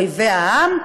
"אויבי העם",